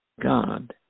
God